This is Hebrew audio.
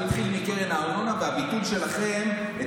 הוא התחיל מקרן הארנונה והביטול שלכם את